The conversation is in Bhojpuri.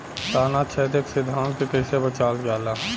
ताना छेदक से धान के कइसे बचावल जाला?